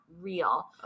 real